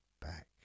back